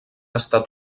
estat